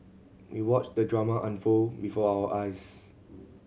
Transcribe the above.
we watched the drama unfold before our eyes